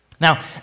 Now